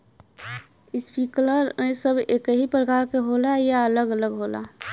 Sprinkler सब एकही प्रकार के होला या अलग अलग होला?